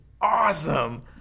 awesome